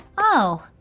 oh,